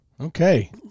Okay